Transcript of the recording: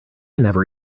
never